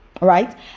Right